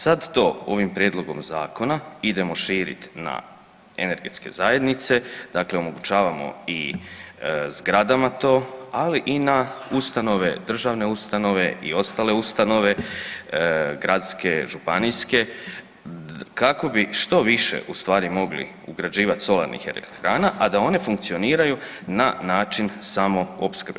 Sad to ovim Prijedlogom zakona idemo širiti na energetske zajednice, dakle omogućavamo i zgradama to, ali i na ustanove, državne ustanove i ostale ustanove, gradske, županijske, kako bi što više ustvari mogli ugrađivati solarnih elektrana, a da one funkcioniraju na način samoopskrbe.